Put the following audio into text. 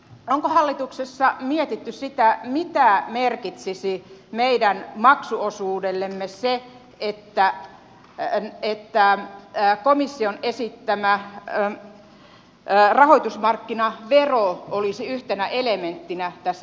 onko hallituksessa mietitty mitä merkitsisi meidän maksuosuudellemme se että komission esittämä rahoitusmarkkinavero olisi yhtenä elementtinä tässä tulopuolessa